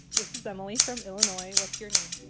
this is emily from illinois. what's your name?